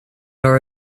our